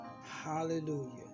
Hallelujah